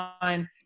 fine